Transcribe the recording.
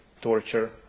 torture